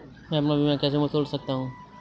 मैं अपना बीमा कैसे तोड़ सकता हूँ?